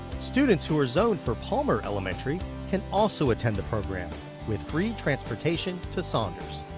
students who are zoned for palmer elementary can also attend the program with free transportation to saunders.